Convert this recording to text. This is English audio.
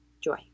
joy